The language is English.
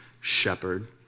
shepherd